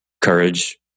Courage